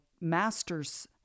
master's